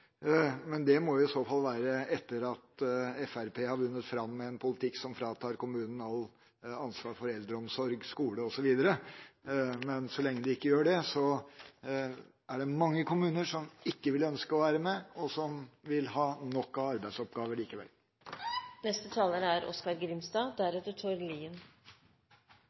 Men det må i så fall være etter at Fremskrittspartiet har vunnet fram med en politikk som fratar kommunen alt ansvar for eldreomsorg, skole osv. Så lenge de ikke gjør det, er det mange kommuner som ikke ønsker å være med, som vil ha nok av arbeidsoppgaver likevel. Vi diskuterer konkret forslag i dag om det som representanten Bård Hoksrud karakteriserte som «keiserens nye klær». For det er